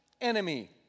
enemy